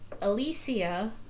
Alicia